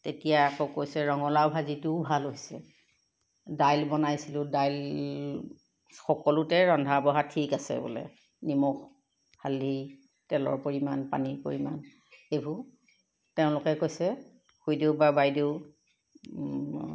তেতিয়া আকৌ কৈছে ৰঙালাও ভাজিটোও ভাল হৈছে দাইল বনাইছিলোঁ দাইল সকলোতে ৰন্ধা বঢ়া ঠিক আছে বোলে নিমখ হালধি তেলৰ পৰিমাণ পানীৰ পৰিমাণ এইবোৰ তেওঁলোকে কৈছে খুৰীদেউ বা বাইদেউ